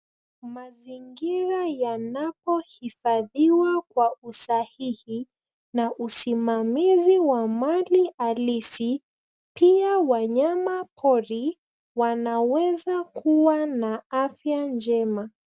Mazingira yanapohifadhiwa kwa usahihi, na usimamizi wa mali halisi, pia wanyamapori wanaweza kuwa na afya njema.